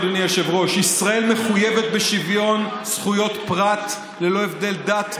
אדוני היושב-ראש: ישראל מחויבת בשוויון זכויות פרט ללא הבדל דת,